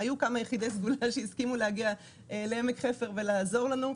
היו כמה יחידי סגולה שהסכימו להגיע לעמק חפר ולעזור לנו.